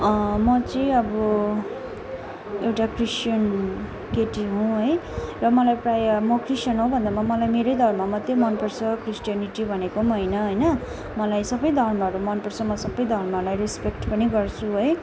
म चाहिँ अब एउटा क्रिस्टियन केटी हुँ है र मलाई प्रायः म क्रिस्टियन हो भन्दैमा मलाई मेरै धर्म मात्रै मनपर्छ क्रिस्टियनिटी भनेको पनि होइन होइन मलाई सबै धर्महरू मनपर्छ म सबै धर्मलाई रेस्पेक्ट पनि गर्छु है